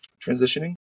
transitioning